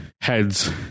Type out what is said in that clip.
heads